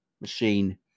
machine